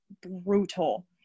brutal